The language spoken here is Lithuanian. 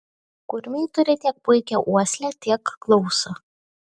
kurmiai turi tiek puikią uoslę tiek klausą